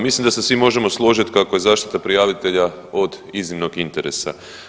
Mislim da se svi možemo složit kako je zaštita prijavitelja od iznimnog interesa.